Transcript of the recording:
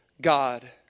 God